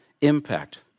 impact